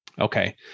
Okay